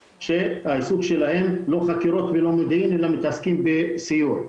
ההתעסקות שלהם היא לא חקירות ולא מודיעין אלא הם עוסקים בסיור.